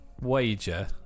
wager